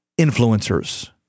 influencers